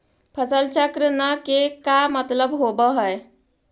फसल चक्र न के का मतलब होब है?